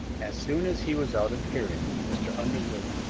as soon as he was out of hearing mr. underwood,